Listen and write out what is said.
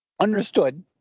Understood